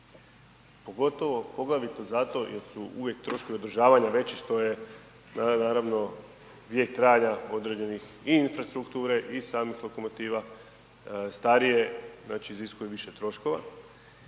su veći poglavito zato jer su uvijek troškovi održavanja veći što je naravno vijek trajanja određenih i infrastrukture i samih lokomotiva starije znači iziskuje više troškova.